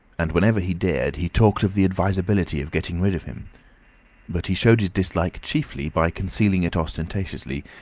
and whenever he dared he talked of the advisability of getting rid of him but he showed his dislike chiefly by concealing it ostentatiously,